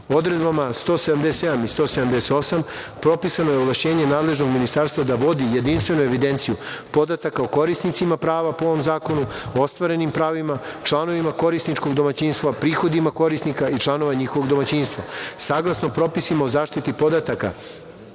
člana 177. i 178. propisano je ovlašćenje nadležnog ministarstva da vodi jedinstvenu evidenciju podataka o korisnicima prava po ovom zakonu, ostvarenim pravima, članovima korisničkog domaćinstva, prihodima korisnika i članova njihovog domaćinstva. Saglasno propisima o zaštiti podataka